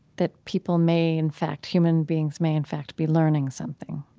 that people may in fact, human beings may in fact be learning something.